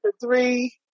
three